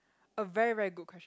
a very very good question